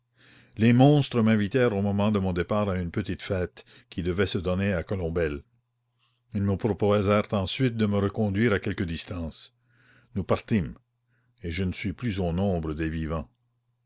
les monstres m'invitèrent au moment de mon départ à une petite fête qui devait se donner à colombelle ils me proposèrent ensuite de me reconduire à quelque distance nous partîmes et je ne suis plus au nombre des vivans